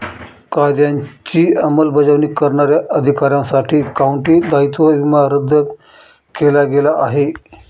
कायद्याची अंमलबजावणी करणाऱ्या अधिकाऱ्यांसाठी काउंटी दायित्व विमा रद्द केला गेला आहे